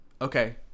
Okay